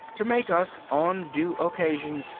to make us, on due occasion,